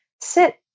sit